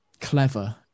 clever